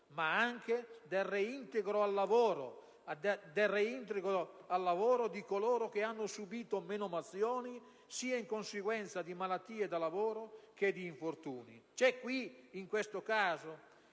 ma anche nel reintegro al lavoro allorché abbiano subito menomazioni, sia in conseguenza di malattie da lavoro che di infortuni. In questo caso